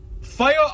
Fire